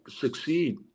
succeed